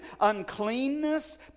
uncleanness